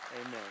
Amen